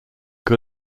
que